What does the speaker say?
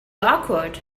awkward